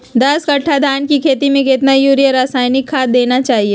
दस कट्टा धान की खेती में कितना यूरिया रासायनिक खाद देना चाहिए?